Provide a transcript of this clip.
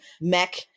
mech